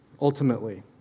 ultimately